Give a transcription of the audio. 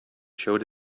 showed